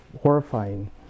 horrifying